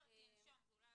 תנשום, אולי